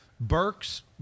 Burks